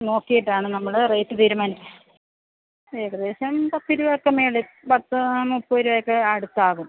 നോക്കീട്ടാണ് നമ്മൾ റേറ്റ് തീരുമാനിക്ക ഏകദേശം പത്ത് രൂപക്ക് മേലെ പത്ത് ആ മുപ്പത് രൂപക്ക് അടുത്താകും